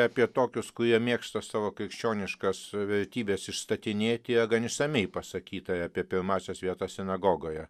apie tokius kurie mėgsta savo krikščioniškas vertybes išstatinėti jie gan išsamiai pasakyta apie pirmąsias vietas sinagogoje